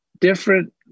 different